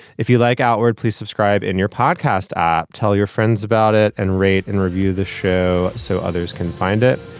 if you'd like outward, please subscribe in your podcast ah tell your friends about it and rate and review the show so others can find it.